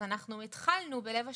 אז אנחנו התחלנו בלב השרון,